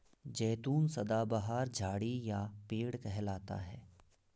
जैतून सदाबहार झाड़ी या पेड़ कहलाता है